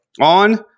on